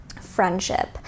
friendship